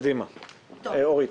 אורית,